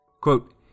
Quote